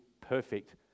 perfect